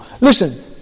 Listen